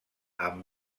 amb